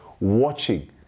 watching